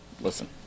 listen